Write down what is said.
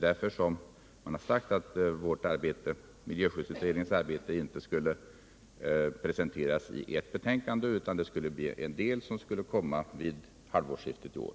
Därför har man sagt att miljöskyddsutredningens arbete inte skall presenteras i ett enda betänkande utan att ett delbetänkande skall läggas fram vid halvårsskiftet i år.